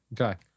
Okay